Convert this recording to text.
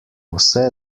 vse